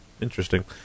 Interesting